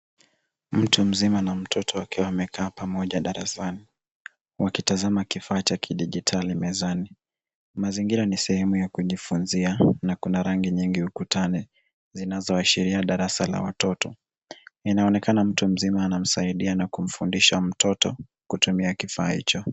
Mtu mzima na mtoto wakiwa wamekaa pamoja darasani wakitazama kifaa cha kidijitali mezani. Mazingira ni sehemu ya kujifunzia na kuna rangi nyingi ukutani zinazoashiria darasa la watoto. Inaonekana mtu mzima anamsaidia na kumfundisha mtoto kutumia kifaa hicho.